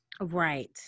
right